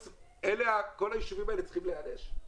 כל הישובים האלה צריכים להיענש?